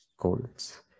goals